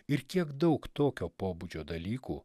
ir kiek daug tokio pobūdžio dalykų